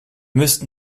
müssten